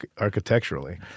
architecturally